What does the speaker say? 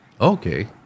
Okay